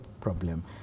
problem